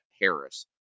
Harris